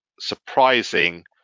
surprising